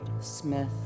Smith